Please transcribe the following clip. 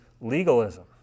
legalism